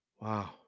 Wow